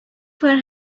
fire